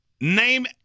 Name